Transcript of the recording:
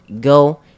Go